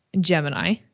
Gemini